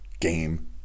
game